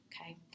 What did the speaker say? okay